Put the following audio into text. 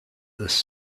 this